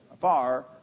far